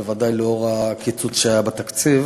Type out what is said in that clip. בוודאי לאחר הקיצוץ שהיה בתקציב.